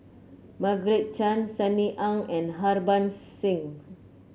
Margaret Chan Sunny Ang and Harbans Singh